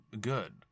good